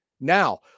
now